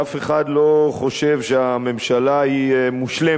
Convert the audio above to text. שאף אחד לא חושב שהממשלה היא מושלמת.